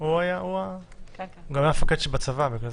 הוא היה המפקד שלי בצבא.